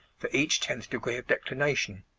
for each tenth degree of declination